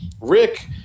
Rick